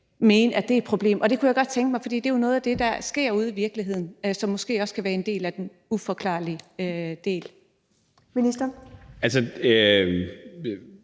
mene, at det er et problem? Det kunne jeg godt tænke mig at høre, for det er jo noget af det, der sker ude i virkeligheden, som måske også kan være en del af baggrunden for den uforklarlige del. Kl.